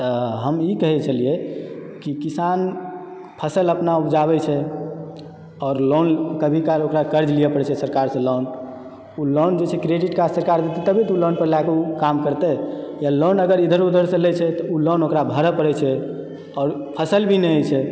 तऽ हम ई कहय छलियै कि किसान फसल अपना उपजाबै छै आओर लोन कभी काल ओकरा कर्ज लिअ पड़ैत छै सरकारसँ लोन ओ लोन जे छै क्रेडिट कार्ड सरकार दतय तबे तऽ ओ लोनपर लयके ओ काम करतय या लोन अगर इधर उधरसँ लैत छै तऽ ओ लोन ओकरा भरय पड़ैत छै आओर फसल भी नहि होइ छै